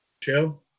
Joe